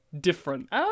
different